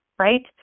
Right